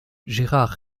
gérard